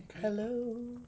Hello